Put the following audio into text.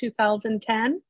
2010